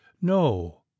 No